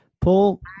Paul